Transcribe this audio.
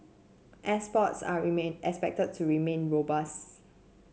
exports are remain expected to remain robust